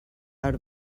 out